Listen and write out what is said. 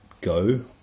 go